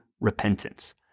repentance